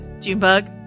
Junebug